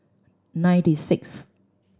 ninety six